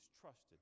trusted